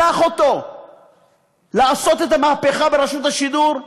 שלח אותו לעשות את המהפכה ברשות השידור,